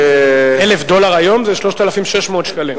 1,000 דולר היום זה 3,600 שקלים.